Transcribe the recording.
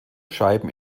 scheiben